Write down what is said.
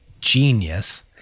genius